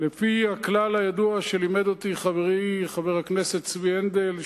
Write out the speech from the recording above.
לפי הכלל הידוע שלימד אותי חברי חבר הכנסת צבי הנדל,